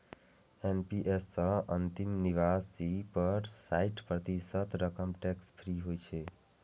NPS सं अंतिम निकासी पर साठि प्रतिशत रकम टैक्स फ्री होइ छै